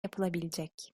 yapılabilecek